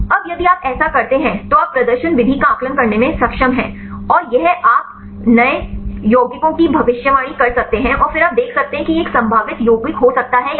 अब यदि आप ऐसा करते हैं तो आप प्रदर्शन विधि का आकलन करने में सक्षम हैं और यह आप नए यौगिकों की भविष्यवाणी कर सकते हैं और फिर आप देख सकते हैं कि यह एक संभावित यौगिक हो सकता है या नहीं